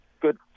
good